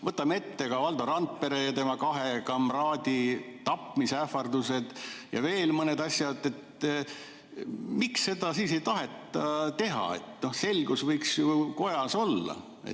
Võtame ette ka Valdo Randpere ja tema kahe kamraadi tapmise ähvardused ja veel mõned asjad. Miks seda siis ei taheta teha? Selgus võiks ju kojas olla.